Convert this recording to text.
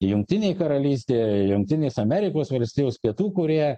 jungtinė karalystė jungtinės amerikos valstijos pietų korėja